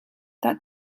that